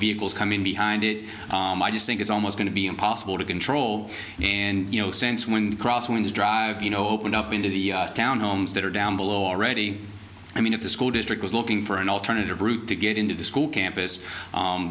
vehicles coming behind it i just think it's almost going to be impossible to control and you know sense when crosswinds drive you know open up into the town homes that are down below already i mean if the school district was looking for an alternative route to get into the school campus